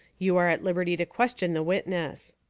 you are at liberty to question the wit ness.